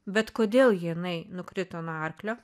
bet kodėl jinai nukrito nuo arklio